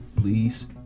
please